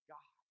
God